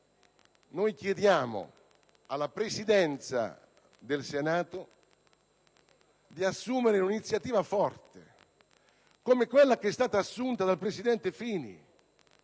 noi chiediamo alla Presidenza del Senato di assumere un'iniziativa forte come quella assunta dal presidente Fini